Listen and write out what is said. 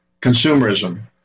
consumerism